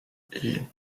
één